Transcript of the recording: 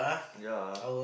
ya